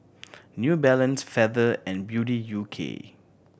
New Balance Feather and Beauty U K